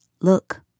look